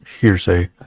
hearsay